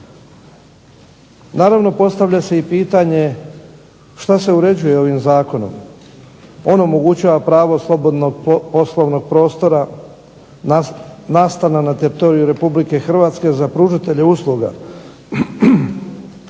Naravno postavlja se i pitanje šta se uređuje ovim Zakonom. On omogućava pravo slobodnog poslovnog prostora nastana na teritoriju Republike Hrvatske za pružatelje usluga